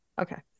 Okay